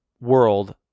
world